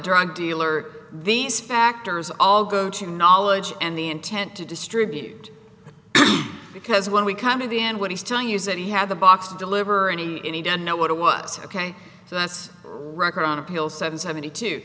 drug dealer these factors all go to knowledge and the intent to distribute because when we come to the end what he's telling you is that he had the box to deliver any any don't know what it was ok so that's record on appeal seven seventy two